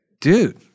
dude